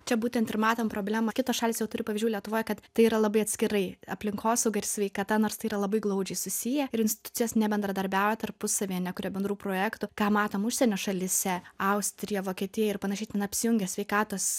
čia būtent ir matom problemą kitos šalys jau turi pavyzdžių lietuvoj kad tai yra labai atskirai aplinkosauga ir sveikata nors tai yra labai glaudžiai susiję ir institucijos nebendradarbiauja tarpusavyje nekuria bendrų projektų ką matom užsienio šalyse austrija vokietija ir panašiai ten apsijungia sveikatos